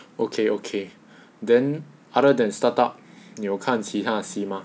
okay okay then other than startup 你有看其他的戏吗